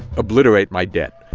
obliterate my debt,